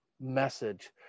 message